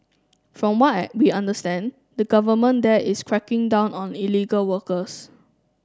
from why we understand the government there is cracking down on illegal workers